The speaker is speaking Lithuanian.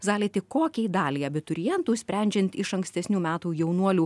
zaliti kokiai daliai abiturientų sprendžiant iš ankstesnių metų jaunuolių